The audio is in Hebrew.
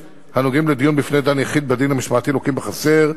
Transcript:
הנוגעים לדיון בפני דן יחיד בדין המשמעתי לוקים בחסר,